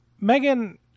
Megan